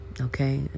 Okay